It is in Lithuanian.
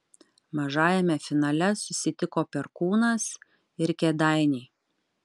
mažajame finale susitiko perkūnas ir kėdainiai